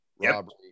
robbery